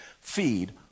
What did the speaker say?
feed